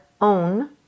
own